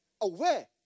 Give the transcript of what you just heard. aware